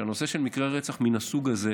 שהנושא של מקרי רצח מהסוג הזה,